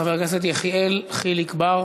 חבר הכנסת יחיאל חיליק בר,